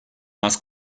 más